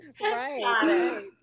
Right